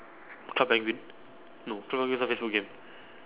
club penguin no club penguin is not facebook game